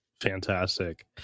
fantastic